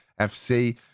FC